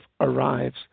arrives